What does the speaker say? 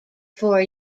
four